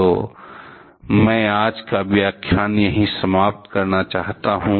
तो मैं आज का व्याख्यान यहीं समाप्त करना चाहता हूं